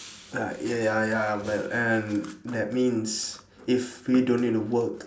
ah ya ya ya but and that means if we don't need to work